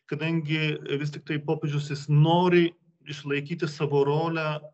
kadangi vis tiktai popiežius jis nori išlaikyti savo rolę